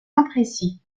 imprécis